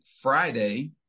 Friday